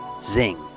Zing